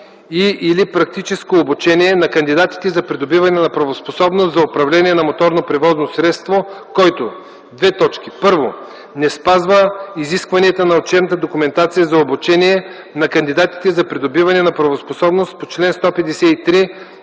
и/или практическо обучение на кандидатите за придобиване на правоспособност за управление на моторно превозно средство, който: 1. не спазва изискванията на учебната документация за обучение на кандидатите за придобиване на правоспособност по чл. 153,